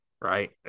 right